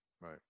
right